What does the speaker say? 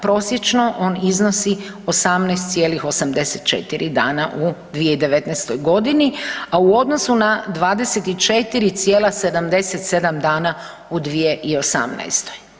Prosječno on iznosi 18,84 dana u 2019.g., a u odnosu na 24,77 dana u 2018.